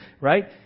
right